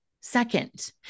second